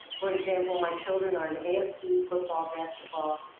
for example, my children are in asb, football, basketball,